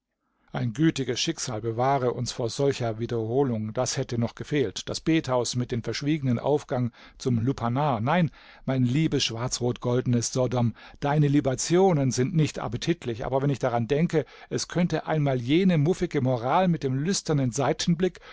ein gütiges schicksal bewahre uns vor solcher wiederholung das hätte noch gefehlt das bethaus mit dem verschwiegenen aufgang zum lupanar nein mein liebes schwarz-rot-goldenes sodom deine libationen sind nicht appetitlich aber wenn ich daran denke es könnte einmal jene muffige moral mit dem lüsternen